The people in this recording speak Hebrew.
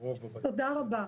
תודה רבה.